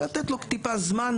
אז לתת לו טיפה זמן,